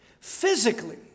physically